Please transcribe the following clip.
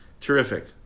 Terrific